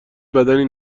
بدنی